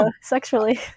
sexually